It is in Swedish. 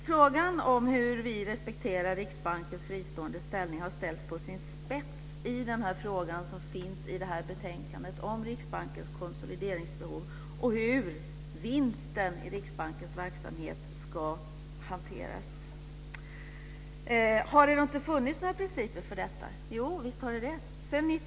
Frågan om hur vi respekterar Riksbankens fristående ställning har ställts på sin spets i den här frågan som finns i detta betänkande om Riksbankens konsolideringsbehov och hur vinsten i Riksbankens verksamhet ska hanteras. Har det inte funnits några principer för detta? Jo, visst har det det.